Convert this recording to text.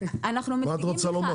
מה את רוצה לומר?